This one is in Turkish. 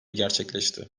gerçekleşti